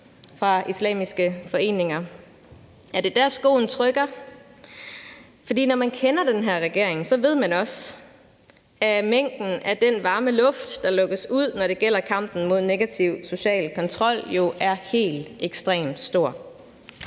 fra islamiske foreninger? Er det der, skoen trykker? For når man kender den her regering, ved man også, at mængden af den varme luft, der lukkes ud, når det gælder kampen mod negativ social kontrol, jo er helt ekstremt stor.